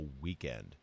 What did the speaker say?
weekend